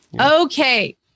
Okay